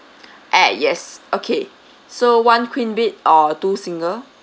eh yes okay so one queen bed or two single